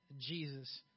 Jesus